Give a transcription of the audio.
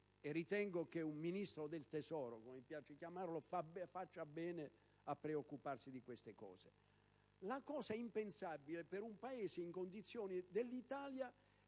Ritengo che un Ministro del tesoro, come mi piace chiamarlo, faccia bene a preoccuparsi di queste cose. La cosa impensabile per un Paese nelle condizioni dell'Italia